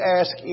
ask